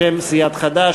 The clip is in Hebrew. בשם סיעת חד"ש,